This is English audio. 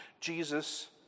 Jesus